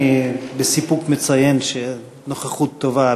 אני מציין בסיפוק שהנוכחות טובה,